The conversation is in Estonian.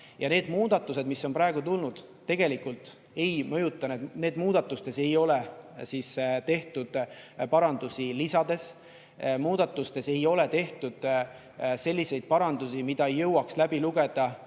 Ja need muudatused, mis on praegu tulnud, tegelikult ei mõjuta nii palju, sest nendes muudatustes ei ole tehtud parandusi lisades. Muudatustes ei ole tehtud selliseid parandusi, mida ei jõuaks läbi lugeda